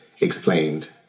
explained